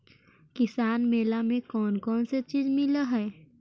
किसान मेला मे कोन कोन चिज मिलै है?